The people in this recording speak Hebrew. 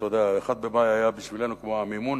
אתה יודע, 1 במאי היה בשבילנו כמו המימונה.